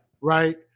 Right